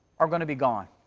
are going to be gone.